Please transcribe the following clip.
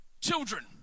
children